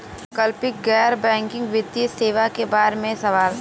वैकल्पिक गैर बैकिंग वित्तीय सेवा के बार में सवाल?